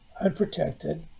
unprotected